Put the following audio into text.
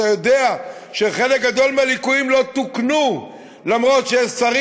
אתה יודע שחלק גדול מהליקויים לא תוקנו אף שהשרים,